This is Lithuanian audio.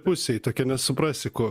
pusėj tokia nesuprasi ko